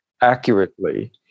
accurately